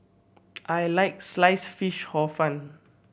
I like Sliced Fish Hor Fun